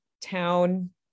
town